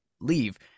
leave